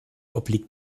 obliegt